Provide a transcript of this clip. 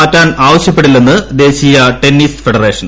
മാറ്റാൻ ആവശ്യപ്പെടില്ലെന്ന് ദേശീയ ടെന്നീസ് ഫെഡറേഷൻ